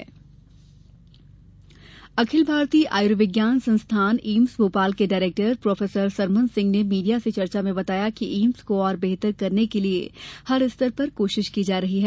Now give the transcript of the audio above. AIIMS अखिल भारतीय आयुर्विज्ञान संस्थान एम्स भोपाल के डायरेक्टर प्रोफेसर सरमन सिंह ने मीडिया से चर्चा में बताया कि एम्स को और बेहतर करने के लिये हर स्तर पर कोशिश की जा रही है